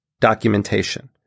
documentation